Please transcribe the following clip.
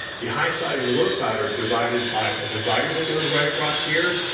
the high side and low side are divided by a divider that goes right across here,